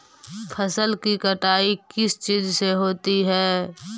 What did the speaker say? फसल की कटाई किस चीज से होती है?